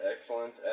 Excellent